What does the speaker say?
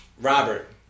Robert